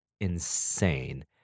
insane